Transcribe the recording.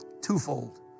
twofold